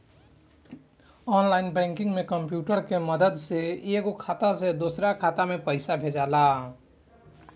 online banking में computer के मदद से एगो खाता से दोसरा खाता में पइसा भेजाला